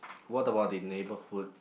what about the neighborhood